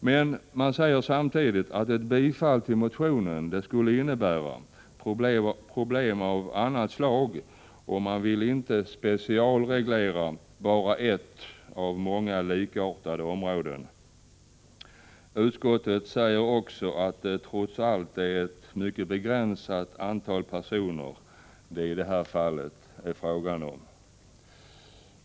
Men man säger samtidigt att ett bifall till motionen skulle innebära problem av annat slag, och man vill inte specialreglera bara ett av många likartade områden. Utskottet säger också att det trots allt är ett mycket begränsat antal personer som det här är fråga om.